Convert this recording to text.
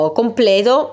completo